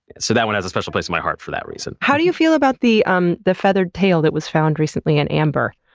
so, that one has a special place in my heart for that reason. how do you feel about the um the feathered tail that was found recently in amber?